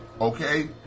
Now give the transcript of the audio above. okay